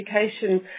education